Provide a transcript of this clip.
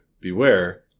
beware